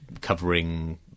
covering